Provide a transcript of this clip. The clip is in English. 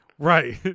Right